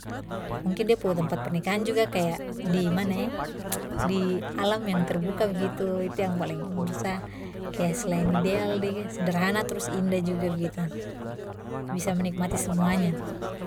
Mungkin de pu tempat pernikahan juga kaya dimana eh di alam yang terbuka begitu itu yang paling menurut sa kaya selain ideal juga sederhana trus indah juga begitu, bisa menikmati semuanya.